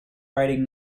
writing